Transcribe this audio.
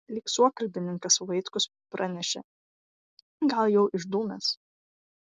lyg suokalbininkas vaitkus pranešė gal jau išdūmęs